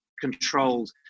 controlled